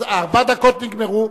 אז ארבע הדקות נגמרו,